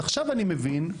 אז עכשיו אני מבין,